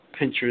Pinterest